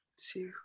See